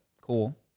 cool